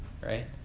right